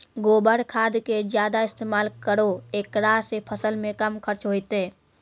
गोबर खाद के ज्यादा इस्तेमाल करौ ऐकरा से फसल मे कम खर्च होईतै?